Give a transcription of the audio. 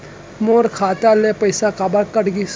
मोर खाता ले पइसा काबर कट गिस?